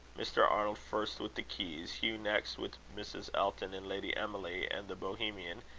mr. arnold first with the keys, hugh next with mrs. elton and lady emily, and the bohemian,